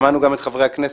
שמענו גם את חברי הכנסת,